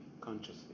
consciously